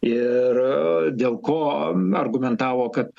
ir dėl ko argumentavo kad